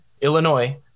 Illinois